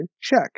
check